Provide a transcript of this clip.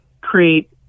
create